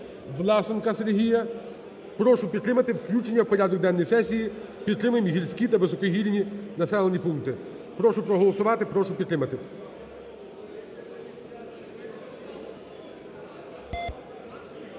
Власенка Сергія. Прошу підтримати включення в порядок денний сесії. Підтримаємо гірські та високогірні населені пункти. Прошу проголосувати. Прошу підтримати.